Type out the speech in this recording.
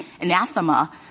anathema